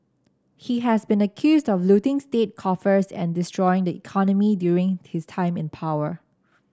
he has been accused of looting state coffers and destroying the economy during his time in power